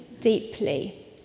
deeply